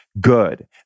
Good